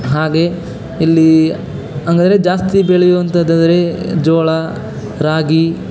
ಹಾಗೇ ಇಲ್ಲಿ ಹಂಗದ್ರೆ ಜಾಸ್ತಿ ಬೆಳೆಯುವಂಥದ್ದಂದ್ರೆ ಜೋಳ ರಾಗಿ